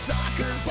Soccer